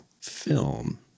film